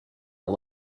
are